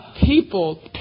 people